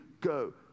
go